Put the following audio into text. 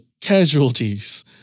casualties